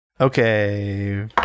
Okay